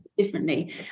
differently